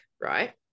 right